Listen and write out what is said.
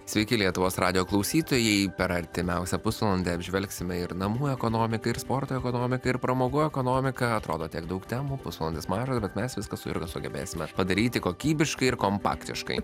sveiki lietuvos radijo klausytojai per artimiausią pusvalandį apžvelgsime ir namų ekonomiką ir sporto ekonomiką ir pramogų ekonomiką atrodo tiek daug temų pusvalandis mažas bet mes viską su jurga sugebėsime padaryti kokybiškai ir kompaktiškai